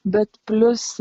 bet plius